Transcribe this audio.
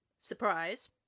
surprise